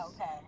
Okay